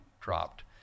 dropped